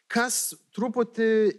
kas truputį